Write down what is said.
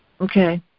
Okay